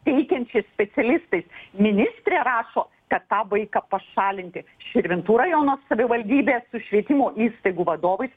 teikiančiais specialistais ministrė rašo kad tą vaiką pašalinti širvintų rajono savivaldybė su švietimo įstaigų vadovais